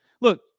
Look